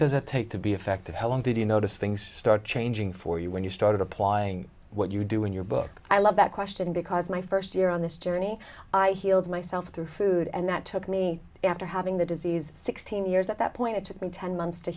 does it take to be effective how long did you notice things start changing for you when you started applying what you do in your book i love that question because my first year on this journey i healed myself through food and that took me after having the disease sixteen years at that point it took me ten months to